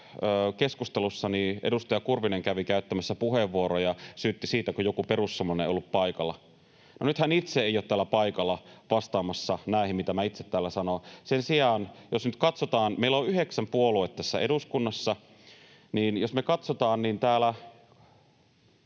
keskustelussa edustaja Kurvinen kävi käyttämässä puheenvuoroja, syytti siitä, kun joku perussuomalainen ei ollut paikalla. Nyt hän itse ei ole täällä paikalla vastaamassa näihin, mitä minä itse täällä sanon. Sen sijaan, jos nyt katsotaan, meillä on yhdeksän puoluetta tässä eduskunnassa ja selkeästi yli